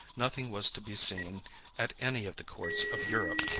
nothing was to be seen at any of the courts of europe,